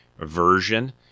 version